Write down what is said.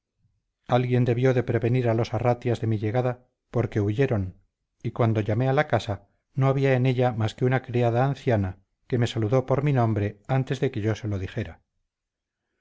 alguien debió de prevenir a los arratias de mi llegada porque huyeron y cuando llamé a la casa no había en ella más que una criada anciana que me saludó por mi nombre antes de que yo se lo dijera